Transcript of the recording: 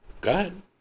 Good